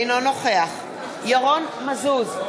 אינו נוכח ירון מזוז,